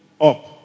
up